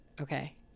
okay